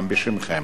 גם בשמכם,